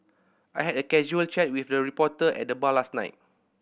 I had a casual chat with a reporter at the bar last night